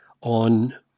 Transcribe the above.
on